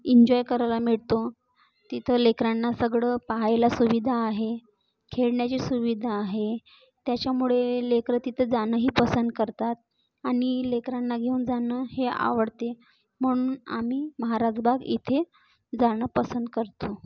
enjoy करायला मेटतो तिथं लेकरांना सगळं पाहायला सुविधा आहे खेळण्याची सुविधा आहे त्याच्यामुळे लेकरं तिथं जाणंही पसंत करतात आणि लेकरांना घेऊन जाणं हे आवडते म्हणून आम्ही महाराज बाग इथे जाणं पसंत करतो